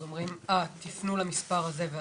אז מגלגלים את הטיפול הלאה ומפנים אותנו למספר של מישהו אחר.